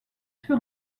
fut